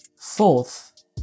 Fourth